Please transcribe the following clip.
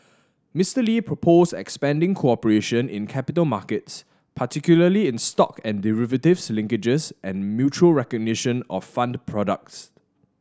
Mister Lee proposed expanding cooperation in capital markets particularly in stock and derivatives linkages and mutual recognition of fund products